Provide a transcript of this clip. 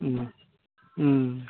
Om Om